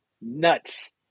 Nuts